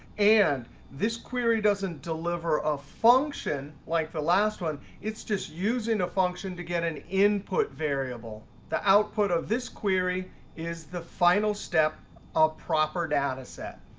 and this query doesn't deliver a function like the last one. it's just using a function to get an input variable. the output of this query is the final step a proper dataset.